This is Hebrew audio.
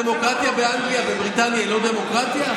הדמוקרטיה באנגליה ובבריטניה היא לא דמוקרטיה?